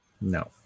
No